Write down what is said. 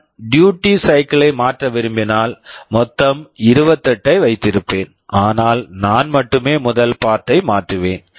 நான் duty cycle duty cycle யை மாற்ற விரும்பினால் மொத்தம் 28 ஐ வைத்திருப்பேன் ஆனால் நான் மட்டுமே முதல் பார்ட் part ஐ மாற்றுவேன்